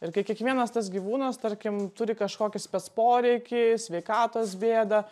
ir kai kiekvienas tas gyvūnas tarkim turi kažkokį spec poreikį sveikatos bėdą